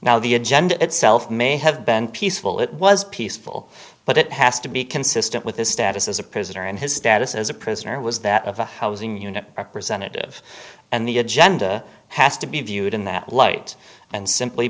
now the agenda itself may have been peaceful it was peaceful but it has to be consistent with his status as a prisoner and his status as a prisoner was that of a housing unit representative and the agenda has to be viewed in that light and simply